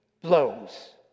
blows